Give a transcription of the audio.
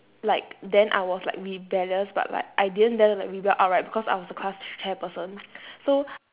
like then I was like rebellious but like I didn't dare to rebel outright because I was the class chairperson so